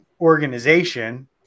organization